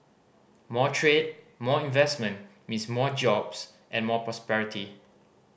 more trade more investment means more jobs and more prosperity